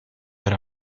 era